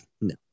no